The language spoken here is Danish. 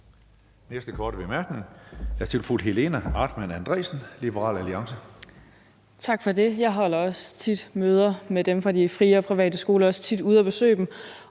Liberal Alliance. Kl. 15:36 Helena Artmann Andresen (LA): Tak for det. Jeg holder også tit møder med dem fra de frie og private skoler og er også tit ude at besøge dem.